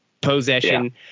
possession